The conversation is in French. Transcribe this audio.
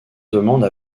demande